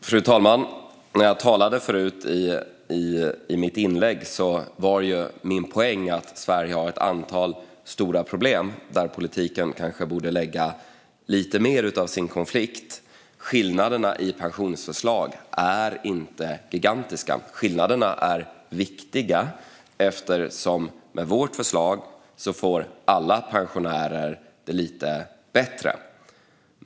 Fru talman! När jag talade förut i mitt inlägg var min poäng att Sverige har ett antal stora problem där politiken kanske borde lägga lite mer av sin konflikt. Skillnaderna i pensionsförslag är inte gigantiska. Skillnaderna är viktiga eftersom alla pensionärer med vårt förslag får det lite bättre.